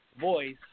voice